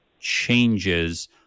changes